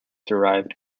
derived